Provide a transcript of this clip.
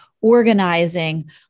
organizing